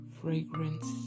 fragrance